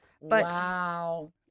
Wow